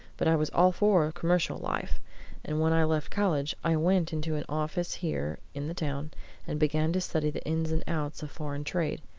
but i was all for commercial life and when i left college, i went into an office here in the town and began to study the ins and outs of foreign trade.